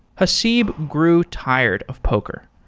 haseeb grew tired of poker.